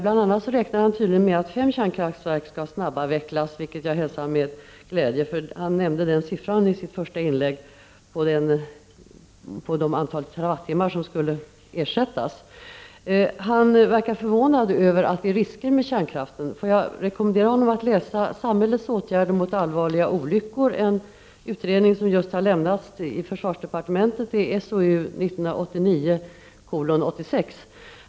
Bl.a. räknar han tydligen med att fem kärnkraftverk skall snabbavvecklas, vilket jag hälsar med glädje — för det talar den siffra han i sitt första inlägg nämnde på det antal terawattimmar som skulle ersättas. Gunnar Hökmark verkar förvånad över att det är risker med kärnkraften. Låt mig rekommendera honom att läsa Samhällets åtgärder mot allvarliga olyckor, en utredning som just har lämnats till försvarsdepartementet. Den har nr SOU 1989:86.